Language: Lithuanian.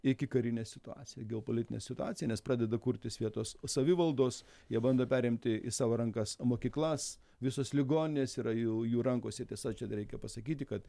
ikikarinę situaciją geopolitinę situaciją nes pradeda kurtis vietos savivaldos jie bando perimti į savo rankas mokyklas visos ligoninės yra jau jų rankose tiesa čia dar reikia pasakyti kad